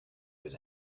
was